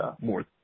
more